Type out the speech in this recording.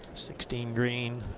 sixteen green.